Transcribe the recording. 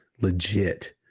Legit